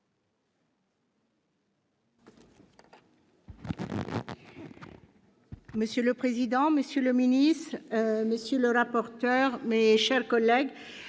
Monsieur le président, madame la ministre, monsieur le rapporteur, mes chers collègues,